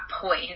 point